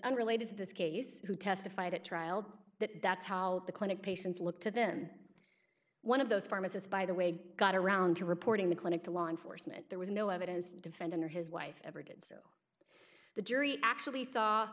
unrelated to this case who testified at trial that that's how the clinic patients look to then one of those pharmacists by the way got around to reporting the clinic to law enforcement there was no evidence defendant or his wife ever did so the jury actually saw